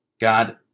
God